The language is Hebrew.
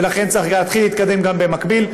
ולכן צריך להתחיל להתקדם גם במקביל.